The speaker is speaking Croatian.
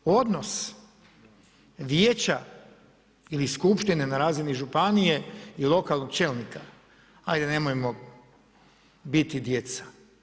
Odnos vijeća ili skupštine na razini županije i lokalnog čelnika, hajde nemojmo biti djeca.